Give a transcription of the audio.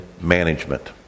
management